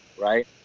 right